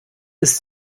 ist